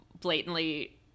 blatantly